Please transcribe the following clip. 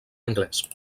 anglès